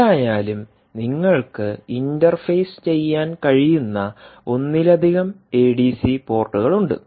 എന്തായാലും നിങ്ങൾക്ക് ഇന്റർഫേസ് ചെയ്യാൻ കഴിയുന്ന ഒന്നിലധികം എഡിസി പോർട്ടുകൾ ഉണ്ട്